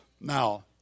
Now